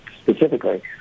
specifically